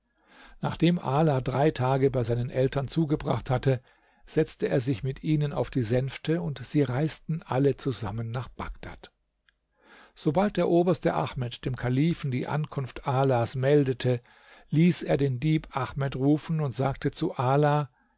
nachdem ala drei tage bei seinen eltern zugebracht hatte setzte er sich mit ihnen auf die sänfte und sie reisten alle zusammen nach bagdad sobald der oberste ahmed dem kalifen die ankunft alas meldete ließ er den dieb ahmed rufen und sagte zu ala